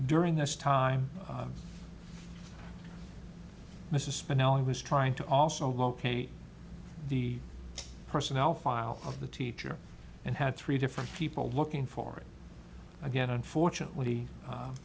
during this time mr spinelli was trying to also locate the personnel file of the teacher and had three different people looking for it again unfortunately u